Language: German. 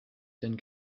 denn